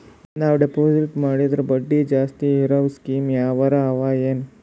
ನಾವು ಡೆಪಾಜಿಟ್ ಮಾಡಿದರ ಬಡ್ಡಿ ಜಾಸ್ತಿ ಇರವು ಸ್ಕೀಮ ಯಾವಾರ ಅವ ಏನ?